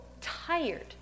tired